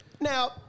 Now